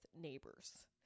neighbors